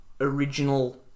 original